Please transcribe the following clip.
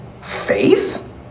Faith